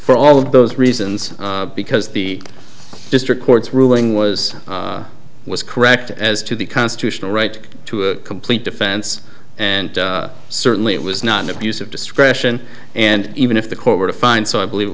for all of those reasons because the district court's ruling was was correct as to the constitutional right to a complete defense and certainly it was not an abuse of discretion and even if the court were to find so i believe it